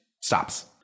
stops